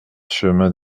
chemin